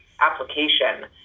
application